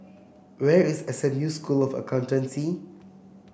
where is S M U School of Accountancy